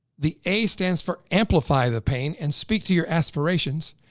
the a, stands for amplify the pain, and speak to your aspirations.